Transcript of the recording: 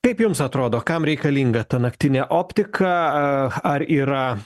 kaip jums atrodo kam reikalinga ta naktinė optika ar yra